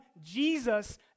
Jesus